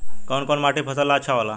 कौन कौनमाटी फसल ला अच्छा होला?